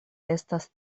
estas